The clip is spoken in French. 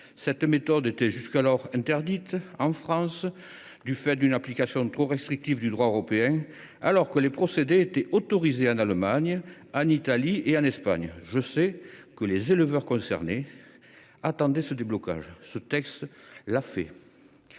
Cette méthode était jusqu’alors interdite en France du fait d’une application trop restrictive du droit européen, alors que de tels procédés étaient autorisés en Allemagne, en Italie ou en Espagne. Je sais que les éleveurs concernés attendaient ce déblocage ; ce texte l’a fait.